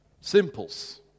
Simples